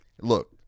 look